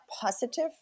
positive